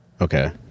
Okay